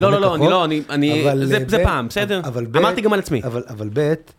לא לא לא, אני לא, אני, זה פעם, אמרתי גם על עצמי. אבל בי"ת,